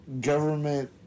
government